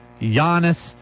Giannis